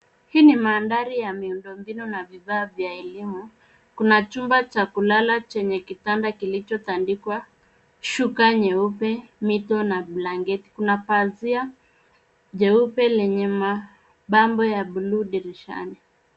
Hii ni mandhari ya miundo mbinu na vifaa vya elimu. Kuna chumba cha kulala chenye kitanda kilichotandikwa shuka nyeupe, mito na blanketi. Kuna pazia jeupe lenye mapambo ya bluu dirishani.